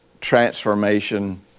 transformation